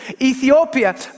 Ethiopia